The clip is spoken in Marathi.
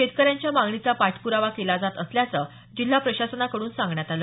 शेतकऱ्यांच्या मागणीचा पाठप्रावा केला जात असल्याचं जिल्हा प्रशासनाकडून सांगण्यात आलं